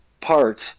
parts